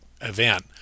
event